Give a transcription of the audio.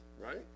right